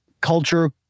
culture